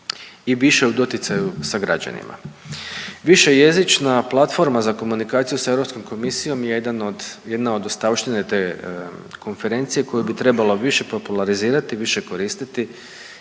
i više u doticaju sa građanima. Višejezična platforma za komunikaciju sa Europskom komisijom je jedan od, jedna od ostavštine te konferencije koju bi trebalo više popularizirati i više koristiti